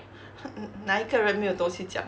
他 mm mm 那一个人没有东西讲的